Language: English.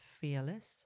fearless